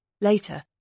Later